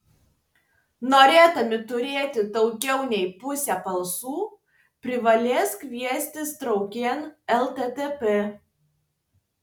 norėdami turėti daugiau nei pusę balsų privalės kviestis draugėn lddp